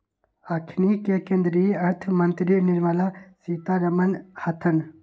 अखनि के केंद्रीय अर्थ मंत्री निर्मला सीतारमण हतन